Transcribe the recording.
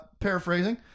paraphrasing